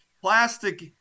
plastic